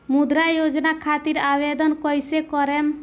मुद्रा योजना खातिर आवेदन कईसे करेम?